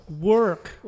work